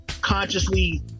Consciously